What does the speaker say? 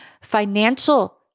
Financial